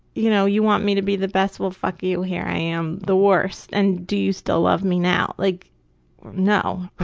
you know you want me to be the best well, fuck you, here i am the worst, and do you still love me, now? like no.